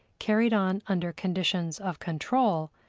carried on under conditions of control,